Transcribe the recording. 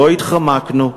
לא התחמקנו.